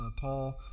Paul